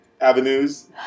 avenues